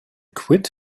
quit